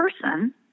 person